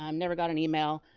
um never got an email.